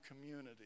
community